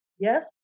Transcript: Yes